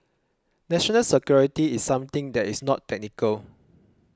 national security is something that is not technical